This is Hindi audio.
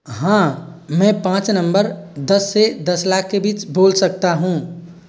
हाँ मैं पाँच नंबर दस से दस लाख के बीच बोल सकता हूँ